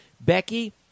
Becky